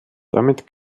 damit